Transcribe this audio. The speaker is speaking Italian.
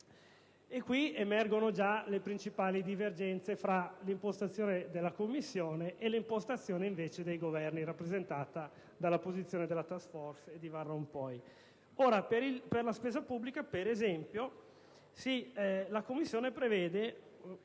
Emergono già le principali divergenze tra l'impostazione della Commissione e quella, invece, dei Governi, rappresentata dalla posizione della *task* *force* e di Van Rompuy. Per la spesa pubblica, per esempio, la Commissione prevede